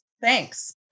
thanks